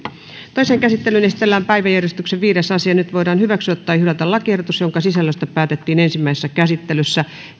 toiseen käsittelyyn esitellään päiväjärjestyksen viides asia nyt voidaan hyväksyä tai hylätä lakiehdotus jonka sisällöstä päätettiin ensimmäisessä käsittelyssä